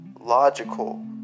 logical